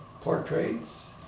portraits